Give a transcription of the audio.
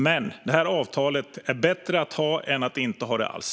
Men det är bättre att ha avtalet än att inte ha det alls.